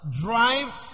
Drive